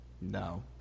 No